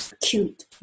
cute